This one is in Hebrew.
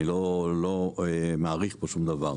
אני לא מעריך פה שום דבר.